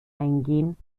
eingehen